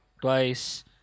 Twice